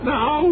now